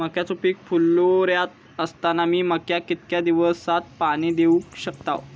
मक्याचो पीक फुलोऱ्यात असताना मी मक्याक कितक्या दिवसात पाणी देऊक शकताव?